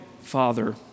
Father